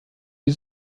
die